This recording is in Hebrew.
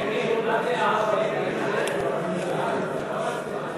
תקציב המדינה לשנים 2009 עד 2012 ולשנת 2013 (הוראות מיוחדות) (הוראת